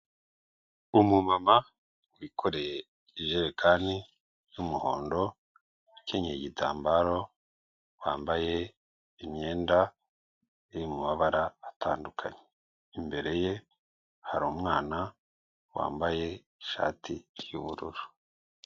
Umumama, wikoreye ijerekani y'umuhondo, ukenyeye igitambaro, wambaye imyenda, iri mabara atandukanye, imbere ye hari umwana wambaye ishati y'ubururu.